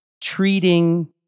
treating